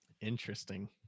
interesting